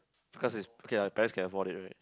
because his okay ah parents can afford it right